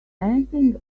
anything